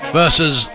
versus